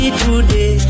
today